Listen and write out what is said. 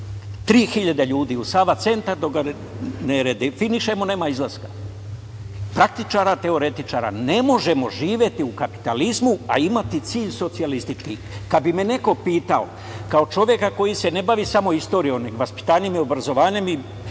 ljudi u „Sava centar“ i dok ga ne redefinišemo, nema izlaska, praktičara, teoretičara. Ne možemo živeti u kapitalizmu, a imati cilj socijalistički. Kad bi me neko pitao kao čovek koji se ne bavi samo istorijom, nego vaspitanjem i obrazovanjem